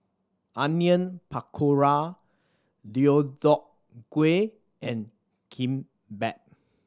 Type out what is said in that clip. Onion Pakora Deodeok Gui and Kimbap